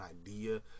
idea